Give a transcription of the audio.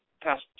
past